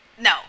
no